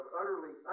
utterly